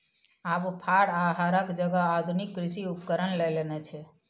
आब फार आ हरक जगह आधुनिक कृषि उपकरण लए लेने छै